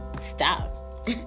stop